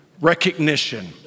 recognition